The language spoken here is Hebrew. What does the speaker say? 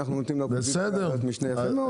אנחנו נותנים לאופוזיציה ועדת משנה וכו'.